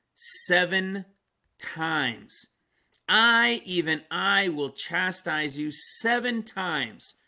seven times i even i will chastise you seven times.